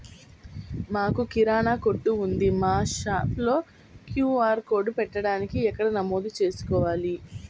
మాకు కిరాణా కొట్టు ఉంది మా షాప్లో క్యూ.ఆర్ కోడ్ పెట్టడానికి ఎక్కడ నమోదు చేసుకోవాలీ?